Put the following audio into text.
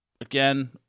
Again